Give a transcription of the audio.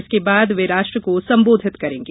इसके बाद वे राष्ट्र को संबोधित करेंगे